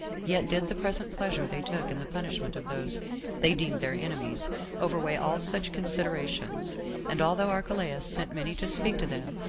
yet did the present pleasure they took in the punishment of those they deemed their enemies overweigh all such considerations and although archelaus sent many to speak to them,